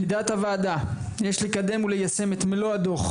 לעמדת הוועדה, יש לקדם וליישם את מלוא הדו"ח.